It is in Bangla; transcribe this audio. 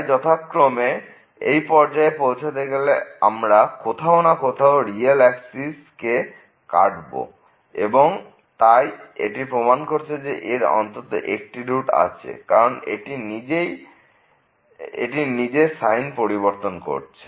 তাই যথাযথভাবে এই পর্যায়ে পৌঁছতে গেলে আমরা কোথাও না কোথাও রিয়েল অ্যাক্সিস কে কাটবো এবং তাই এটি প্রমাণ করছে যে এর অন্তত একটি রুট আছে কারণ এটি নিজের সাইন পরিবর্তন করছে